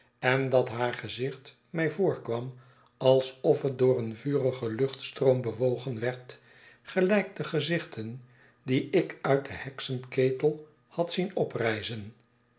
en dat haar gezicht mij voorkwam alsof het door een vurigen luchtstroom bewogen werd gelijk de gezichten die ik uit den heksenketel had zien